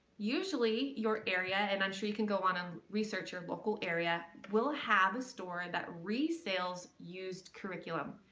usually your area, and i'm sure you can go on and research your local area, will have a store that resales used curriculum,